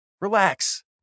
Relax